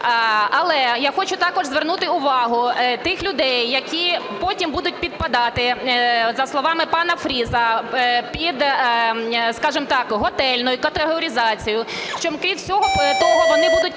Але я хочу також звернути увагу тих людей, які потім будуть підпадати, за словами пана Фріса, під, скажемо так, готельну категоризацію, що, крім всього того, вони будуть платити